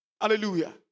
hallelujah